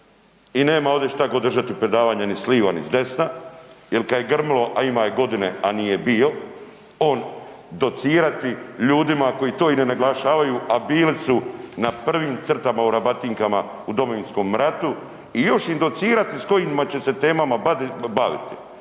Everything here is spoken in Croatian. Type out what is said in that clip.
i nema ovdje šta ko držati predavanja ni s liva ni s desna jel kad je grmilo, a ima je godine, a nije bio, on docirati ljudima koji to i ne naglašavaju, a bili su na prvim crtama u rabatinkama u Domovinskom ratu i još im docirati s kojima će se temama baviti.